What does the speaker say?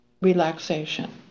relaxation